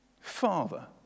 father